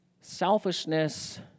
Selfishness